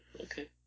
Okay